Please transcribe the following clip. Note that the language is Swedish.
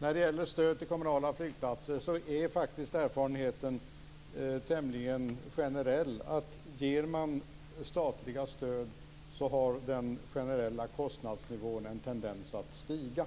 Beträffande stöd till kommunala flygplatser är erfarenheten, tämligen generellt, att ger man statliga stöd så har den generella kostnadsnivån en tendens att stiga.